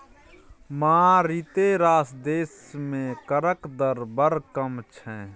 मारिते रास देश मे करक दर बड़ कम छै